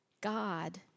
God